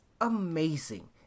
amazing